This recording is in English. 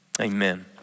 Amen